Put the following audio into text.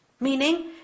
Meaning